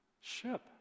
ship